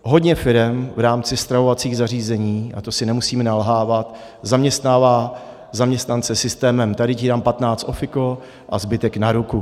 Hodně firem v rámci stravovacích zařízení, a to si nemusíme nalhávat, zaměstnává zaměstnance systémem: tady ti dám patnáct ofiko a zbytek na ruku.